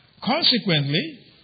Consequently